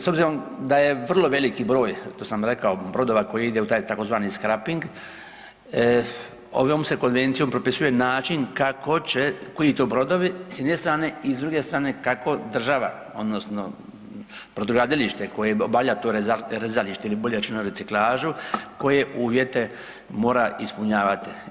S obzirom da je vrlo veliki broj, to sam rekao brodova koji ide u taj tzv. scraping ovom se konvencijom propisuje način kako će, koji to brodovi s jedne strane i s druge strane kako država odnosno brodogradilište koje obavlja to rezalište ili bolje rečeno reciklažu koje uvjete mora ispunjavati.